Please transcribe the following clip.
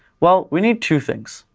well, we need two things.